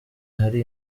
hari